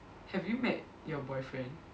have you met your boyfriend